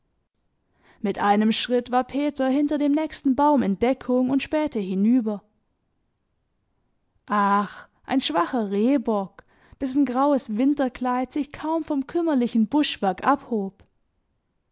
mit einem schritt war peter hinter dem nächsten baum in deckung und spähte hinüber ach ein schwacher rehbock dessen graues winterkleid sich kaum vom kümmerlichen buschwerk abhob